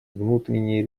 внутренние